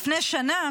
לפני שנה,